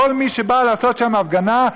כל מי שבא לעשות שם הפגנה,